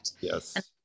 Yes